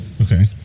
okay